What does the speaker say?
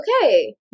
okay